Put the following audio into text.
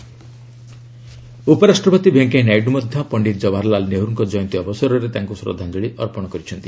VP Nehru ଉପରାଷ୍ଟ୍ରପତି ଭେଙ୍କିୟାନାଇଡୁ ମଧ୍ୟ ପଣ୍ଡିତ ଜବାହରଲାଲ ନେହେରୁଙ୍କ ଜୟନ୍ତୀ ଅବସରରେ ତାଙ୍କୁ ଶ୍ରଦ୍ଧାଞ୍ଚଳି ଅର୍ପର କରିଥିଲେ